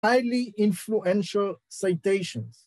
היילי אינפלואנשייל סייטיישנס